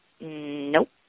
Nope